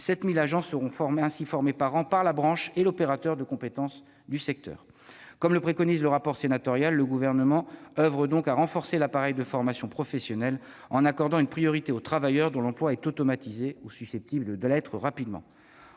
7 000 agents seront ainsi formés chaque année par la branche et l'opérateur de compétences du secteur. Comme le préconise le rapport sénatorial, le Gouvernement oeuvre donc à renforcer l'appareil de formation professionnelle en accordant une priorité aux travailleurs dont l'emploi est automatisé ou susceptible de l'être rapidement.